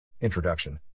Introduction